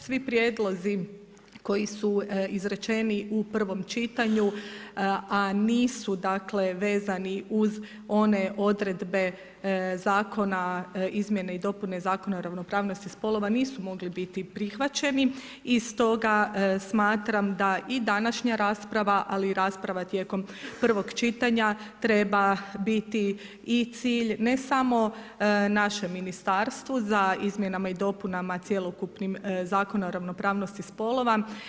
Svi prijedlozi koji su izrečeni u prvom čitanju a nisu, dakle vezani uz one odredbe zakona, izmjene i dopune Zakona o ravnopravnosti spolova nisu mogli biti prihvaćeni i stoga smatram da i današnja rasprava ali i rasprava tijekom prvog čitanja treba biti i cilj ne samo našem ministarstvu za izmjenama i dopunama cjelokupnim Zakona o ravnopravnosti spolova.